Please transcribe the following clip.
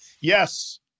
Yes